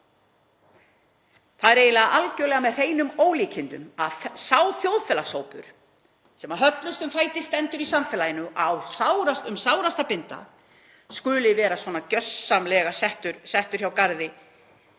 Það er eiginlega algerlega með hreinum ólíkindum að sá þjóðfélagshópur sem höllustum fæti stendur í samfélaginu og á um sárast að binda skuli vera svona gjörsamlega settur hjá garði